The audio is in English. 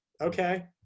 Okay